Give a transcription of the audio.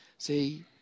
See